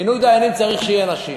מינוי דיינים, צריך שיהיו נשים.